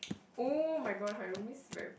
oh-my-gosh my roomie's very